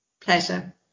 Pleasure